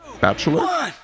Bachelor